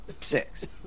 six